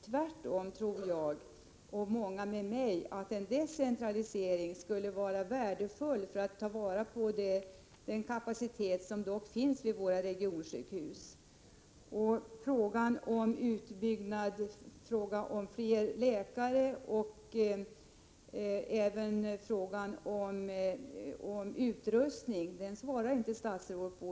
Tvärtom tror jag och många med mig att en decentralisering skulle vara värdefull för att ta vara på den kapacitet som finns vid våra regionsjukhus. Frågan om fler läkare och frågan om utrustning svarade inte statsrådet på.